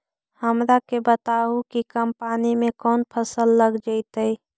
हमरा के बताहु कि कम पानी में कौन फसल लग जैतइ?